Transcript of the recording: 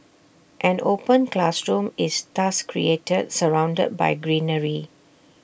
an open classroom is thus created surrounded by greenery